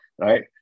right